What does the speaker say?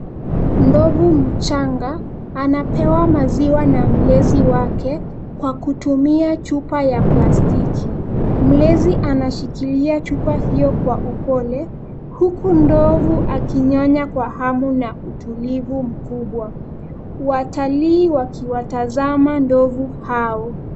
Ndovu mchanga anapewa maziwa na mlezi wake kwa kutumia chupa ya plastiki. Mlezi anashikilia chupa hiyo kwa upole, huku ndovu akinyonya kwa hamu na utulivu mkubwa, watalii wakiwatazama ndovu hao.